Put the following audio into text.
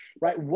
right